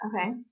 Okay